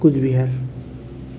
Cooch Behar